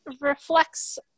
reflects